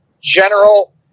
general